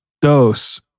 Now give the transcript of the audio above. Dos